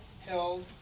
held